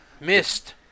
missed